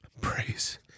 Praise